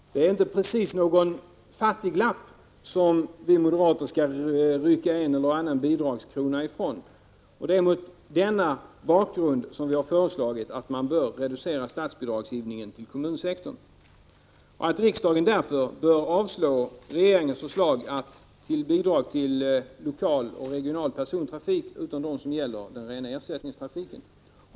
Det är inte precis någon fattiglapp som vi moderater vill rycka en och annan bidragskrona ifrån. Det är emot denna bakgrund som vi har föreslagit att statsbidragsgivningen till kommunsektorn bör reduceras och att riksdagen därför bör avslå regeringens förslag om bidrag till lokal och regional persontrafik, bortsett från den rena ersättningstrafiken.